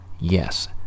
Yes